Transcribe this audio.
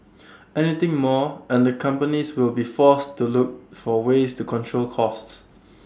anything more and the companies will be forced to look for ways to control costs